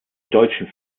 deutschen